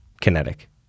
Kinetic